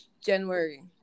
January